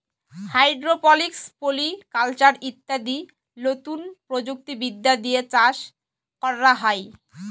hydroponics, polyculture ইত্যাদি লতুন প্রযুক্তি বিদ্যা দিয়ে চাষ ক্যরা হ্যয়